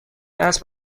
اسب